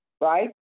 Right